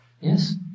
Yes